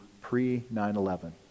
pre-9-11